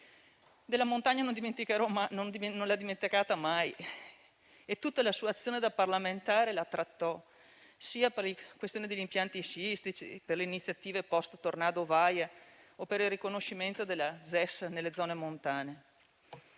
La montagna non l'ha mai dimenticata e tutta la sua azione parlamentare la incentrò sulla questione degli impianti sciistici, per le iniziative *post* tornado Vaia o per il riconoscimento della ZES nelle zone montane.